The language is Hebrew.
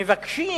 מבקשים